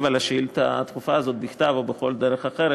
על השאילתה הדחופה הזאת בכתב או בכל דרך אחרת.